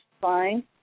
Fine